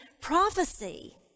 prophecy